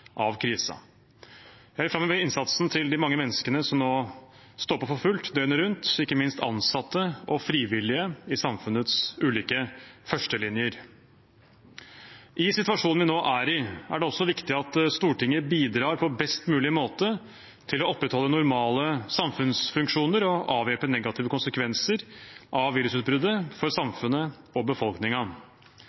av krisen. Jeg vil framheve innsatsen til de mange menneskene som nå står på for fullt døgnet rundt, og ikke minst ansatte og frivillige i samfunnets ulike førstelinjer. I situasjonen vi nå er i, er det også viktig at Stortinget bidrar på best mulig måte til å opprettholde normale samfunnsfunksjoner og avhjelpe negative konsekvenser av virusutbruddet for samfunnet og